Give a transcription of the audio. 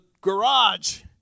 garage